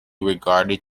regarded